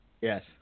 Yes